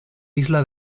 isla